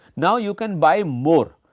now you can buy more.